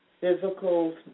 physical